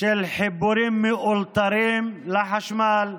של חיבורים מאולתרים לחשמל?